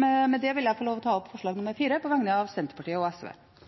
Med det vil jeg få lov til å ta opp forslag nr. 4, på vegne av Senterpartiet og SV.